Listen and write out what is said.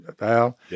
Al